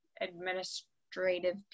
administrative